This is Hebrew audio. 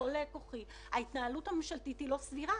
בכל כוחי ההתנהלות הממשלתית היא לא סבירה.